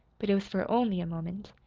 but it was for only a moment.